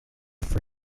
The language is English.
for